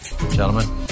gentlemen